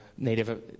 Native